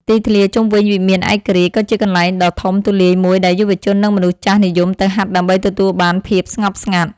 ទីធ្លាជុំវិញវិមានឯករាជ្យ ក៏ជាកន្លែងដ៏ធំទូលាយមួយដែលយុវជន និងមនុស្សចាស់និយមទៅហាត់ដើម្បីទទួលបានភាពស្ងប់ស្ងាត់។